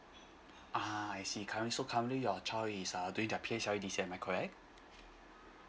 ah I see currently so currently your child is uh doing their place already am I correct